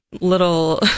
little